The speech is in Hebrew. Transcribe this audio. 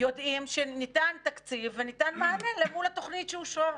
יודעים שניתן תקציב וניתן מענה למול התוכנית שאושרה.